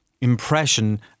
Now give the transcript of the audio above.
impression